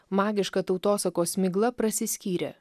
magiška tautosakos migla prasiskyrė